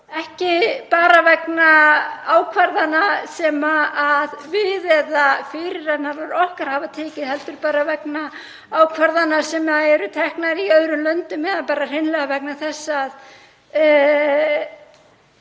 ekki bara vegna ákvarðana sem við eða fyrirrennarar okkar hafa tekið heldur vegna ákvarðana sem eru teknar í öðrum löndum eða bara hreinlega vegna þess að